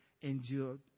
endured